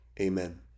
amen